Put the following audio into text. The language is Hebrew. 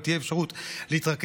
נשים,